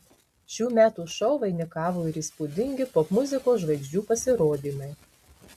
šių metų šou vainikavo ir įspūdingi popmuzikos žvaigždžių pasirodymai